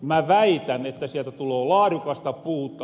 mä väitän että sieltä tuloo laadukasta puuta